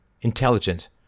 intelligent